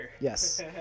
Yes